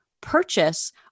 purchase